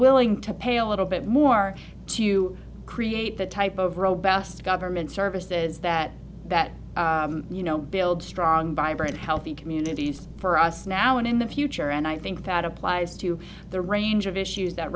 willing to pay a little bit more to create the type of robust government services that that you know build strong vibrant healthy communities for us now and in the future and i think that applies to the range of issues that